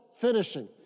finishing